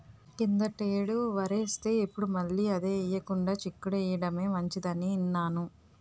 కిందటేడు వరేస్తే, ఇప్పుడు మళ్ళీ అదే ఎయ్యకుండా చిక్కుడు ఎయ్యడమే మంచిదని ఇన్నాను